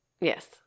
Yes